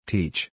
Teach